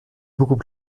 beaucoup